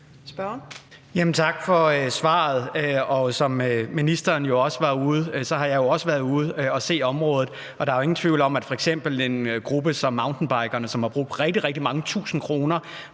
har været derude, har jeg jo også været derude og set området. Der er jo ingen tvivl om, at f.eks. en gruppe som mountainbikerne, som har brugt rigtig mange tusinde kroner